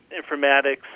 informatics-